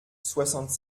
soixante